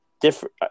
different